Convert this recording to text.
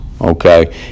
okay